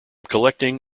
collecting